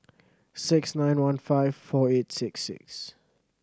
six nine one five four eight six six